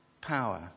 power